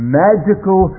magical